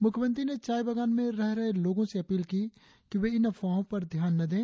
मुख्यमंत्री ने चाय बागान में रह रहे लोगों से अपील की कि वे इन अफवाहों पर ध्यान न दें